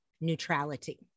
neutrality